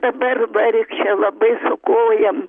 dabar vargšė labai su kojom